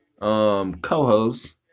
co-host